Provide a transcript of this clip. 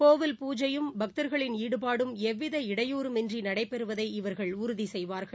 கோவில் பூஜையும் பக்தர்களின் ஈடுபடும் எவ்வித இடையூம் இன்றி நடைபெறுவதை இவர்கள் உறுதி செய்வார்கள்